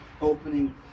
opening